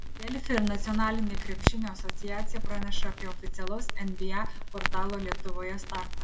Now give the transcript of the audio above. delfi ir nacionalinė krepšinio asociacija praneša apie oficialaus nba portalo lietuvoje startą